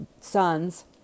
sons